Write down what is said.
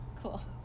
cool